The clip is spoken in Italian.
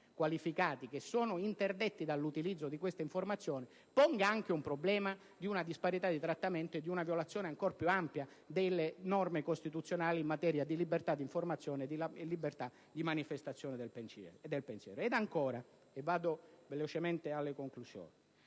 qualificati interdetti dall'utilizzo di queste informazioni, pone anche il problema di una disparità di trattamento e di una violazione ancor più ampia delle norme costituzionali in materia di libertà di informazione e di manifestazione del pensiero. Inoltre, signora Presidente, non voglio